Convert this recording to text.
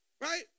Right